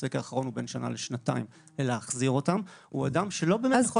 הסקר האחרון מדבר על בין שנה לשנתיים הוא אדם שלא באמת יכול --- אז